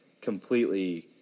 completely